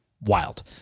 Wild